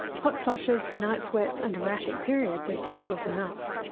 hot flushes, night sweats, and erratic periods are difficult enough.